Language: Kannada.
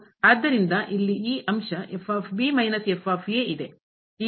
ಆದ್ದರಿಂದ ಇಲ್ಲಿ ಈ ಅಂಶ ಮೈನಸ್ ಇದೆ